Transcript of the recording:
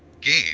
game